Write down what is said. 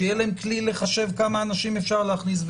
שיהיה להם כלי לחשב כמה אנשים אפשר להכניס.